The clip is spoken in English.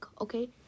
Okay